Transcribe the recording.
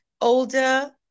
older